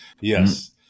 Yes